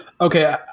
Okay